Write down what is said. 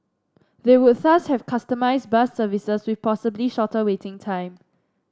they would thus have customised bus services with possibly shorter waiting time